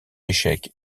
échec